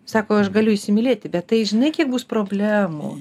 sako aš galiu įsimylėti bet tai žinai kiek bus problemų